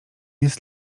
jest